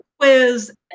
quiz